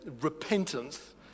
repentance